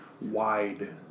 wide